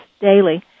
daily